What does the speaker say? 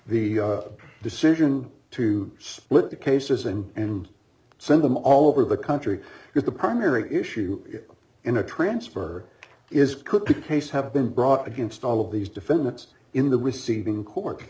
the decision to split the cases and send them all over the country is the primary issue in a transfer is could case have been brought against all of these defendants in the receiving court